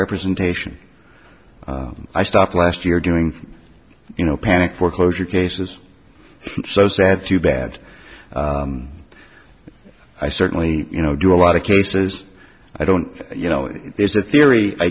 representation i stopped last year doing you know panic foreclosure cases so sad too bad i certainly you know do a lot of cases i don't you know there's a theory i